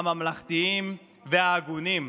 הממלכתיים וההגונים,